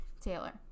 taylor